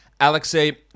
Alexei